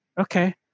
okay